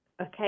Okay